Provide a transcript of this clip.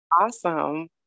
awesome